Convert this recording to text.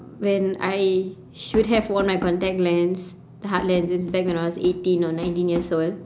when I should have worn my contact lens the hard lens since back when I was eighteen or nineteen years old